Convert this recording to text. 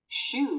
shoe